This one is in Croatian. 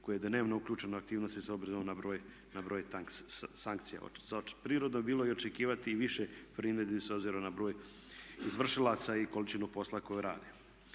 koji je dnevno uključeno u aktivnosti s obzirom na broj sankcija. Prirodno bi bilo očekivati i više primjedbi s obzirom na broj izvršilaca i količinu posla koju rade.